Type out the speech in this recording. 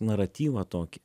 naratyvą tokį